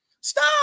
Stop